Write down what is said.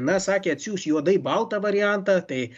na sakė atsiųs juodai baltą variantą tai